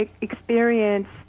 experience